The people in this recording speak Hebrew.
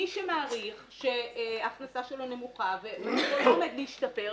מי שמעריך שהכנסתו נמוכה והיא לא עומדת להשתפר,